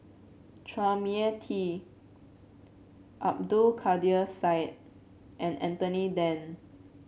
Chua Mia Tee Abdul Kadir Syed and Anthony Then